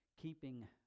keeping